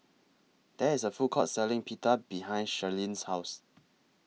There IS A Food Court Selling Pita behind Sharlene's House